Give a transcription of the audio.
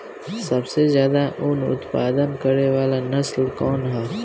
सबसे ज्यादा उन उत्पादन करे वाला नस्ल कवन ह?